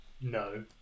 no